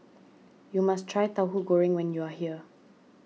you must try Tauhu Goreng when you are here